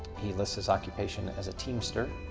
he lists his occupation as a teamster.